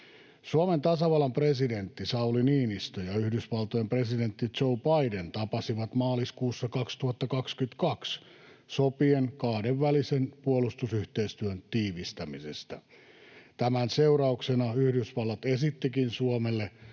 Suomen tasavallan presidentti Sauli Niinistö ja Yhdysvaltojen presidentti Joe Biden tapasivat maaliskuussa 2022 sopien kahdenvälisen puolustusyhteistyön tiivistämisestä. Tämän seurauksena Yhdysvallat esittikin Suomelle